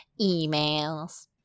emails